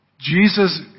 Jesus